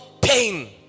pain